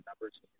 numbers